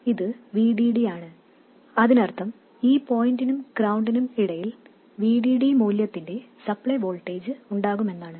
ഇത് VDD ആണ് അതിനർത്ഥം ആ പോയിന്റിനും ഗ്രൌണ്ടിനും ഇടയിൽ VDD മൂല്യത്തിന്റെ സപ്ലേ വോൾട്ടേജ് ഉണ്ടാകും എന്നാണ്